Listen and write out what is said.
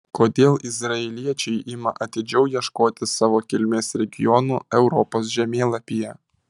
kodėl izraeliečiai ima atidžiau ieškoti savo kilmės regionų europos žemėlapyje